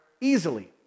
easily